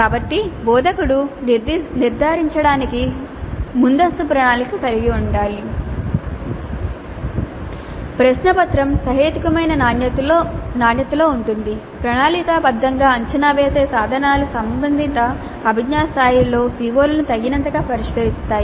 కాబట్టి బోధకుడు నిర్ధారించడానికి ముందస్తు ప్రణాళిక కలిగి ఉండాలి ప్రశ్నపత్రం సహేతుకమైన నాణ్యతతో ఉంటుంది ప్రణాళికాబద్ధంగా అంచనా వేసే సాధనాలు సంబంధిత అభిజ్ఞా స్థాయిలలో CO లను తగినంతగా పరిష్కరిస్తాయి